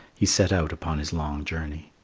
he set out upon his long journey.